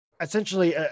essentially